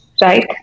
right